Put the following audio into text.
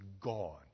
gone